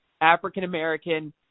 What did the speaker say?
African-American